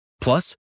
Plus